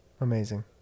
amazing